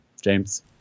James